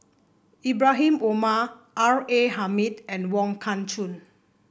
Ibrahim Omar R A Hamid and Wong Kah Chun